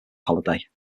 holiday